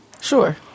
Sure